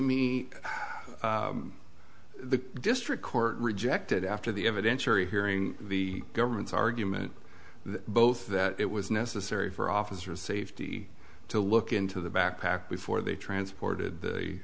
me the district court rejected after the evidentiary hearing the government's argument both that it was necessary for officer safety to look into the backpack before they transported the